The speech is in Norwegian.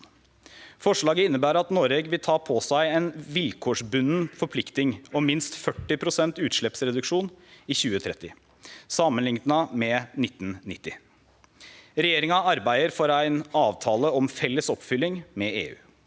Forslaget inneber at Noreg vil ta på seg ei vilkårsbunden forplikting om minst 40 pst. utsleppsreduksjon i 2030 samanlikna med 1990. Regjeringa arbeider for ein avtale om felles oppfylling med EU.